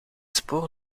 spoor